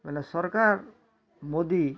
ମାନେ ସରକାର୍ ମୋଦି